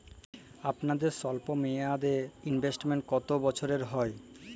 আপনাদের স্বল্পমেয়াদে ইনভেস্টমেন্ট কতো বছরের হয়?